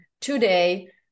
today